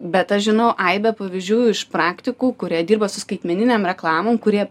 bet aš žinau aibę pavyzdžių iš praktikų kurie dirba su skaitmeninėm reklamom kurie